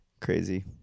Crazy